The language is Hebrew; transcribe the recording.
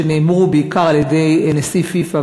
שנאמרו בעיקר על-ידי נשיא פיפ"א,